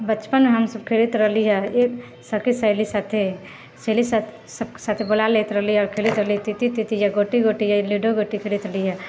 बचपनमे हमसब खेलैत रहली हँ सखी सहेली साथे सहेली सबके साथे बोला लैत रहली हँ आओर खेलैत रहली हँ तीती या गोटी गोटी या लूडो गोटी खेलैत रहली हँ